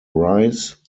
rice